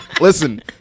listen